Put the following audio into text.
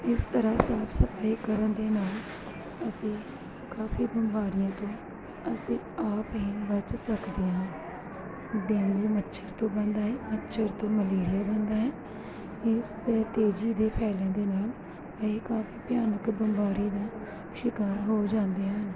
ਇਸ ਤਰ੍ਹਾਂ ਸਾਫ ਸਫਾਈ ਕਰਨ ਦੇ ਨਾਲ ਅਸੀਂ ਕਾਫੀ ਬਿਮਾਰੀਆਂ ਤੋਂ ਅਸੀਂ ਆਪ ਹੀ ਬਚ ਸਕਦੇ ਹਾਂ ਡੇਂਗੂ ਮੱਛਰ ਤੋਂ ਬਣਦਾ ਹੈ ਮੱਛਰ ਤੋਂ ਮਲੇਰੀਆ ਬਣਦਾ ਹੈ ਇਸ ਦੇ ਤੇਜ਼ੀ ਦੇ ਫੈਲਣ ਦੇ ਨਾਲ ਇਹ ਕਾਫੀ ਭਿਆਨਕ ਬਿਮਾਰੀ ਦਾ ਸ਼ਿਕਾਰ ਹੋ ਜਾਂਦੇ ਹਨ